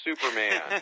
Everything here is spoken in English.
Superman